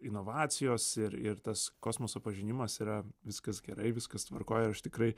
inovacijos ir ir tas kosmoso pažinimas yra viskas gerai viskas tvarkoj ir aš tikrai